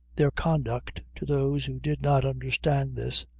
their conduct to those who did not understand this,